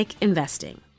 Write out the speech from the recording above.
investing